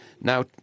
Now